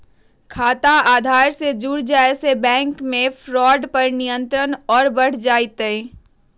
खाता आधार से जुड़ जाये से बैंक मे फ्रॉड पर नियंत्रण और बढ़ जय तय